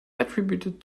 attributed